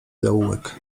zaułek